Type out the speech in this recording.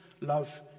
love